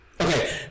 Okay